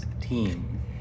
team